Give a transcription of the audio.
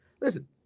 listen